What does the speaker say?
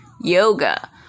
yoga